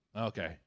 Okay